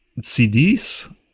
CDs